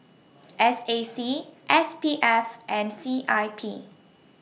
S A C S P F and C I P